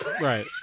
Right